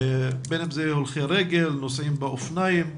בין אם זה הולכי רגל, נוסעים באופניים,